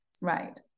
right